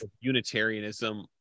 Unitarianism